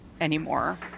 anymore